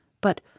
but